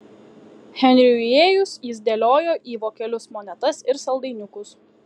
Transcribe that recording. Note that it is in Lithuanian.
henriui įėjus jis dėliojo į vokelius monetas ir saldainiukus